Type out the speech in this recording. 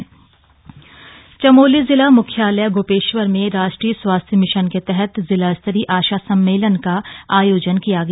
आशा सम्मेलन चमोली जिला मुख्यालय गोपेश्वर में राष्ट्रीय स्वास्थ्य मिशन के तहत जिलास्तरीय आशा सम्मेलन का आयोजन किया गया